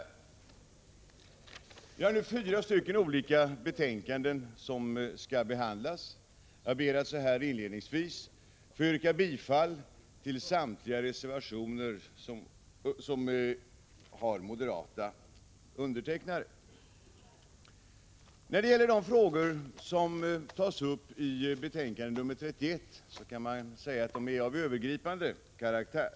Vi behandlar nu fyra olika betänkanden, och jag ber att inledningsvis få yrka bifall till samtliga reservationer som har moderata undertecknare. I betänkandet 31 tas upp frågor av övergripande karaktär.